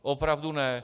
Opravdu ne.